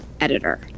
editor